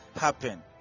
happen